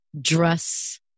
dress